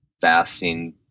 fasting